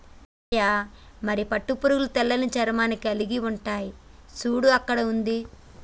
రంగయ్య మరి పట్టు పురుగులు తెల్లని చర్మాన్ని కలిలిగి ఉంటాయి సూడు అక్కడ ఉంది